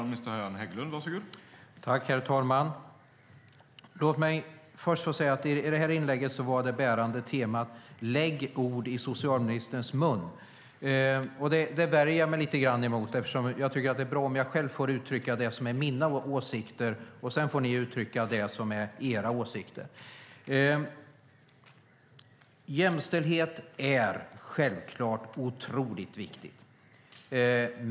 Herr talman! Låt mig först få säga att det bärande temat i detta inlägg var: Lägg ord i socialministerns mun! Det värjer jag mig lite grann emot, eftersom jag tycker att det är bra om jag själv får uttrycka det som är mina åsikter. Sedan får ni uttrycka det som är era åsikter. Jämställdhet är självklart otroligt viktigt.